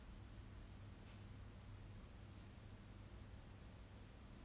cause like you knew what during that time my family's going through something like financial thing